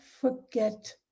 forget